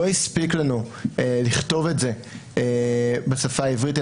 לא הספיק לנו לכתוב את זה בשפה העברית,